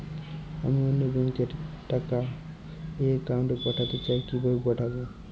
আমি অন্য ব্যাংক র অ্যাকাউন্ট এ টাকা পাঠাতে চাই কিভাবে পাঠাবো?